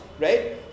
right